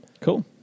Cool